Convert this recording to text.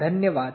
धन्यवाद